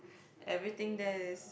everything there